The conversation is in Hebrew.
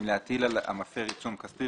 אם להטיל על המפר עיצום כספי,